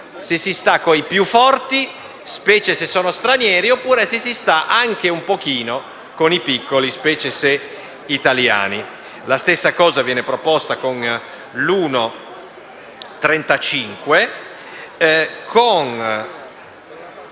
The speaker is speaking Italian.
se si sta con i più forti, specie se sono stranieri, o se si sta anche un po' con i piccoli, specie se italiani. Lo stesso viene proposto con